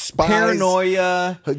Paranoia